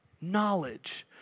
knowledge